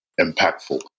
impactful